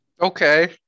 Okay